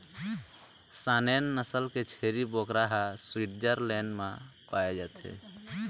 Saanen नसल के छेरी बोकरा ह स्वीटजरलैंड म पाए जाथे